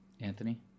Anthony